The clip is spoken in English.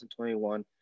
2021